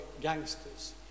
gangsters